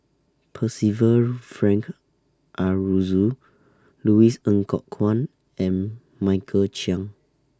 Percival Frank Aroozoo Louis Ng Kok Kwang and Michael Chiang